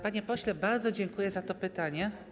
Panie pośle, bardzo dziękuję za to pytanie.